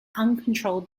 uncontrolled